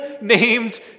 named